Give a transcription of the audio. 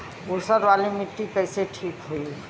ऊसर वाली मिट्टी कईसे ठीक होई?